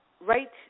right